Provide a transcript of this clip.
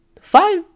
five